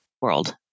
world